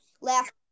Last